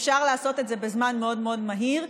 אפשר לעשות את זה בזמן מאוד מאוד מהיר.